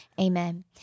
amen